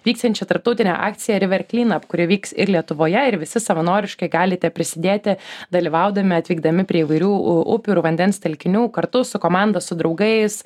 vyksiančią tarptautinę akciją ir river cleanup kuri vyks ir lietuvoje ir visi savanoriškai galite prisidėti dalyvaudami atvykdami prie įvairių upių ir vandens telkinių kartu su komanda su draugais